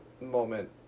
moment